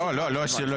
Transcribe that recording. לא, לא סיימנו.